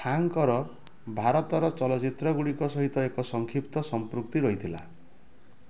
ଖାଁଙ୍କର ଭାରତର ଚଲଚ୍ଚିତ୍ରଗୁଡ଼ିକ ସହିତ ଏକ ସଂକ୍ଷିପ୍ତ ସମ୍ପୃକ୍ତି ରହିଥିଲା